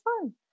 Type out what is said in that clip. fun